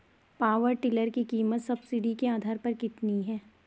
Power tiller की कीमत subsidy के आधार पर कितनी है?